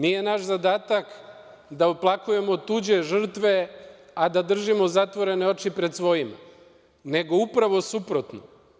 Nije naš zadatak da oplakujemo tuđe žrtve, a da držimo zatvorene oči pred svojima, nego upravo suprotno.